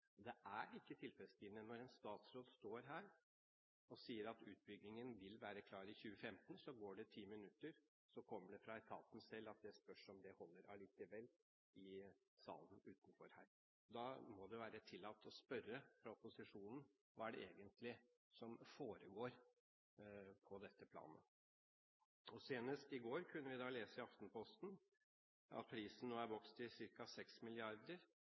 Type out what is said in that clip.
Det er ikke tilfredsstillende når en statsråd står her og sier at utbyggingen vil være klar i 2015. Så går det ti minutter, og så kommer det fra etaten selv i salen utenfor her at det spørs om det holder likevel. Da må det være tillatt for opposisjonen å spørre om hva det egentlig er som foregår på dette planet. Senest i går kunne vi lese i Aftenposten at prisen nå er vokst